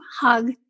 hug